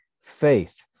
faith